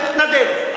תתנדב.